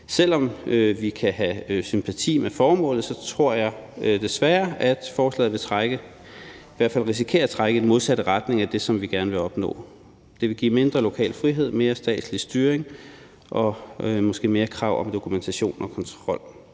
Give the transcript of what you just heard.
selv om vi kan have sympati med formålet, tror jeg desværre, at forslaget vil trække eller i hvert fald risikere at trække i den modsatte retning af det, som vi gerne vil opnå. Det vil give mindre lokal frihed, mere statslig styring og måske mere krav om dokumentation og kontrol.